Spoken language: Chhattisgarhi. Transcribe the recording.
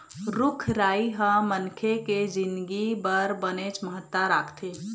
रूख राई ह मनखे के जिनगी बर बनेच महत्ता राखथे